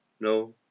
No